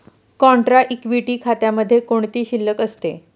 Contra equity खात्यामध्ये कोणती शिल्लक असते?